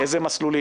איזה מסלולים?